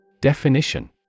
Definition